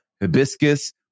hibiscus